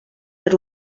per